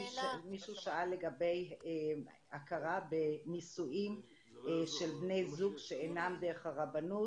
קודם מישהו שאל לגבי הכרה בנישואים של בני זוג שאינם דרך הרבנות.